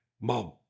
Mom